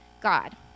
God